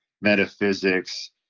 metaphysics